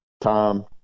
Tom